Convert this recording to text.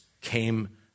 came